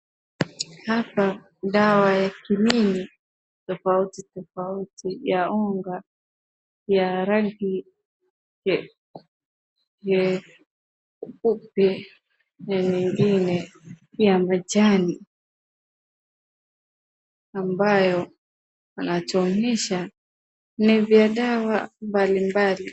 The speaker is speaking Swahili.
Hapa dawa ya vitamini tofauti tofauti ya unga ya rangi pia na nyingine ya majani ambayo wanatuonyesha ni vya dawa mbalimbali.